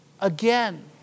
again